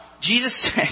Jesus